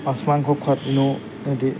মাছ মাংস খোৱাত